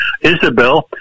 Isabel